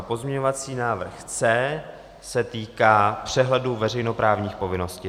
Pozměňovací návrh C se týká přehledu veřejnoprávních povinností.